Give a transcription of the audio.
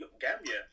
Gambia